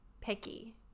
picky